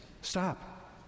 Stop